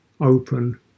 open